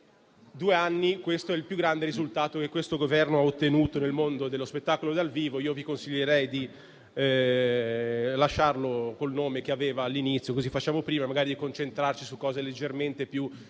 due anni questo è il più grande risultato che questo Governo ha ottenuto nel mondo dello spettacolo dal vivo. Io vi consiglierei di lasciarlo col nome che aveva all'inizio, così facciamo prima, e magari di concentrarci su cose leggermente più significative